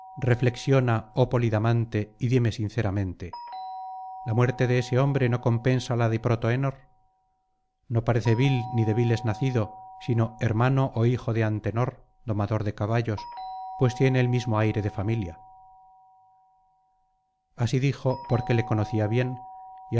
reflexiona oh polidamante y dime sinceramente la muerte de ese hombre no compensa la de protoenor no parece vil ni de viles nacido sino hermano ó hijo de antenor domador de caballos pues tiene el mismo aire de familia así dijo porque le conocía bien